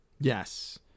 Yes